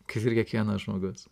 kaip ir kiekvienas žmogus